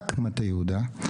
רק מטה יהודה,